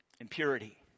impurity